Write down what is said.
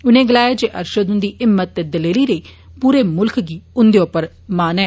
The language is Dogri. उनें गलाया जे अरषद हुन्दी हिम्मत ते दलेरी लेई पूरे मुल्ख गी उन्दे उप्पर मान ऐ